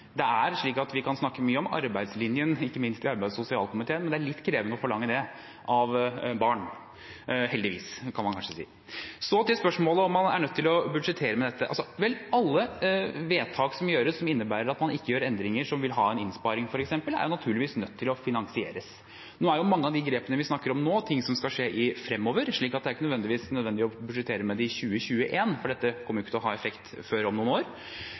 Vi kan snakke mye om arbeidslinjen, ikke minst i arbeids- og sosialkomiteen, men det er litt krevende å forlange det av barn – heldigvis, kan man kanskje si. Så til spørsmålet om man er nødt til å budsjettere med dette. Alle vedtak som gjøres, som innebærer at man ikke gjør endringer som vil ha en innsparing f.eks., er naturligvis nødt til å finansieres. Mange av de grepene vi snakker om nå, er ting som skal skje fremover, så det er ikke nødvendigvis nødvendig å budsjettere med det i 2021, for dette kommer ikke til å ha effekt før om noen år.